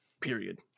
Period